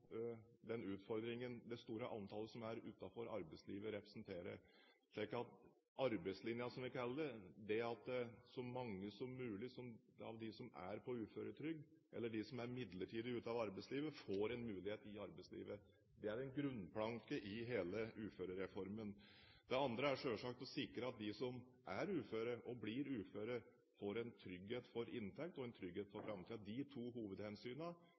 den utfordringen som det store antallet som er utenfor arbeidslivet, representerer. Så arbeidslinja, som vi kaller det, det at så mange som mulig av de som er på uføretrygd, eller de som er midlertidig ute av arbeidslivet, får en mulighet i arbeidslivet. Det er en grunnplanke i hele uførereformen. Det andre er selvsagt å sikre at de som er uføre og blir uføre, får en trygghet for inntekt og en trygghet for framtiden. De to